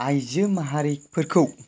आइजो माहारिफोरखौ